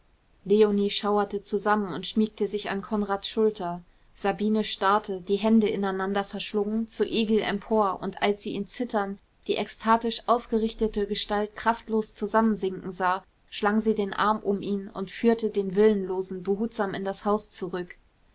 leonie schauerte zusammen und schmiegte sich an konrads schulter sabine starrte die hände ineinander verschlungen zu egil empor und als sie ihn zittern die ekstatisch aufgerichtete gestalt kraftlos zusammensinken sah schlang sie den arm um ihn und führte den willenlosen behutsam in das haus zurück